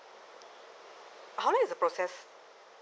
how long is the process